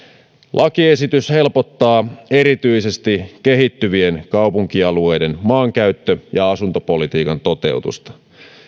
lakiesitys helpottaa erityisesti kehittyvien kaupunkialueiden maankäyttö ja asuntopolitiikan toteutusta